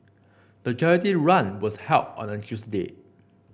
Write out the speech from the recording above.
the charity run was held on a Tuesday